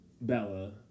Bella